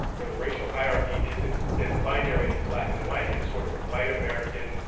where the racial hierarchy isn't as binary as black and white. it's sort of white american,